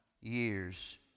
years